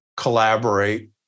collaborate